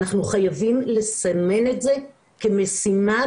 אנחנו חייבים לסנן את זה כמשימה,